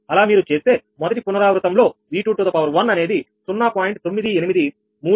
అలా మీరు చేస్తే మొదటి పునరావృతం లో 𝑉21 అనేది 0